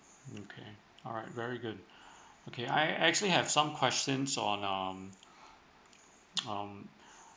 okay alright very good okay I actually have some questions on um um